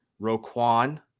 Roquan